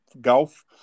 golf